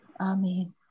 Amen